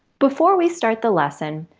before we start the lesson,